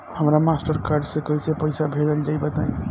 हमरा Mastercard से कइसे पईसा भेजल जाई बताई?